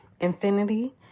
infinity